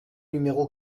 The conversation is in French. numéro